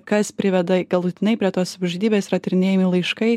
kas priveda galutinai prie tos savižudybės yra tyrinėjami laiškai